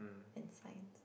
and Science